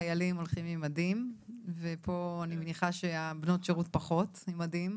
חיילים הולכים עם מדים ופה אני מניחה שבנות השירות פחות עם מדים.